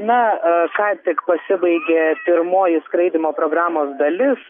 na ką tik pasibaigė pirmoji skraidymo programos dalis